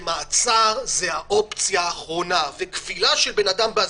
שמעצר זה האופציה האחרונה וכבילה של בן אדם באזיקים,